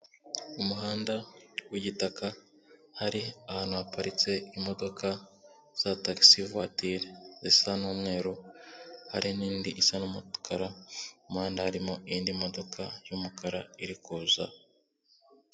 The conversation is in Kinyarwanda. Umuhanda w'igitaka hari ahantu haparitse imodoka za tagisi vatire zisa n'umweru, hari n'indi isa n'umukara mu muhanda harimo iy'indi modoka y'umukara iri kuza.